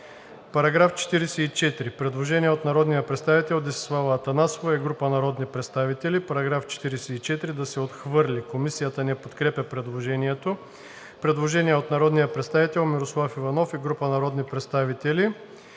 По § 44 има предложение от народния представител Десислава Атанасова и група народни представители: „Параграф 44 да се отхвърли.“ Комисията не подкрепя предложението. Предложение на народния представител Мирослав Иванов и група народни представители.